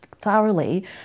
thoroughly